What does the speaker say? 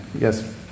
Yes